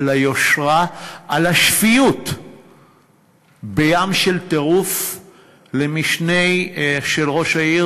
על היושרה ועל השפיות בים של טירוף בפני סגן ראש העיר,